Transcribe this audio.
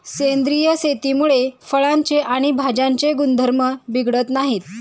सेंद्रिय शेतीमुळे फळांचे आणि भाज्यांचे गुणधर्म बिघडत नाहीत